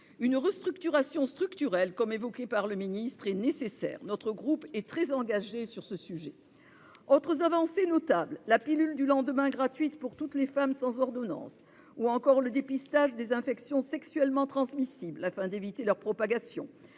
Une réorganisation structurelle, comme évoquée par le ministre, est nécessaire. Notre groupe est très engagé sur ce sujet. Autres avancées notables : la pilule du lendemain, gratuite pour toutes les femmes, sans ordonnance, ou encore le dépistage des infections sexuellement transmissibles, afin d'éviter leur propagation,